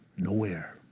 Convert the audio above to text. nowhere.